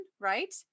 right